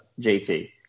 JT